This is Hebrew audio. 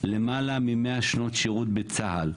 למעלה מ-100 שנות שירות בצה"ל.